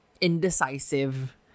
indecisive